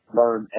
learn